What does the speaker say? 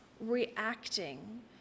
reacting